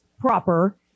proper